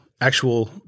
actual